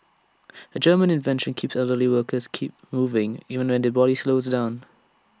A German invention keep elderly workers keep moving even when their body slows down